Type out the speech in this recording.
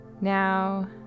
now